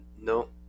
no